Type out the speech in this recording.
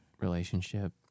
relationship